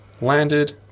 landed